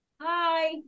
Hi